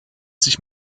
sich